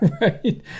Right